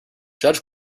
judge